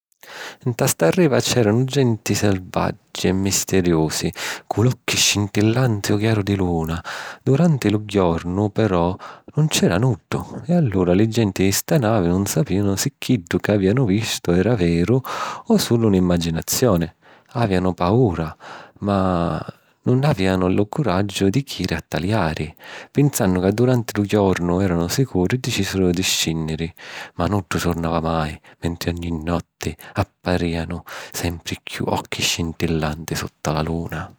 Nta sta riva c’èranu genti selvaggi e misteriusi, cu l’occhi scintillanti ô chiaru di luna. Duranti lu jornu però nun c’era nuddu, e allura li genti di sta navi nun sapìanu si chiddu ca avìanu vistu era veru o sulu n’imaginazioni. Avìanu paura, ma nun avìanu lu curaggiu di jiri a taliari. Pinsannu ca duranti lu jornu èranu sicuri, dicìsiru di scìnniri... ma nuddu turnava mai, mentri ogni notti apparìanu sempri chiù occhi scintillanti sutta la luna.